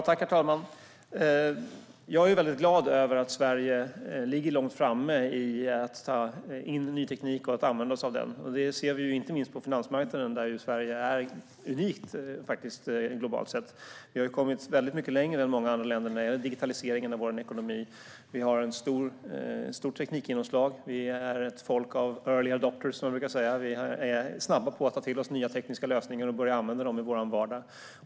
Herr talman! Jag är mycket glad över att Sverige ligger långt fram när det gäller att ta in ny teknik och använda sig av den. Det ser vi inte minst på finansmarknaden, där Sverige faktiskt är unikt globalt sett. Vi har kommit väldigt mycket längre än många andra länder när det gäller digitaliseringen av vår ekonomi. Vi har ett stort teknikgenomslag. Vi är ett folk av early adopters, som man brukar säga, det vill säga att vi är snabba på att ta till oss nya tekniska lösningar och börja använda dem i vår vardag.